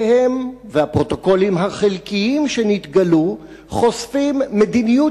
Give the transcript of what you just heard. והפרוטוקולים החלקיים שנתגלו חושפים מדיניות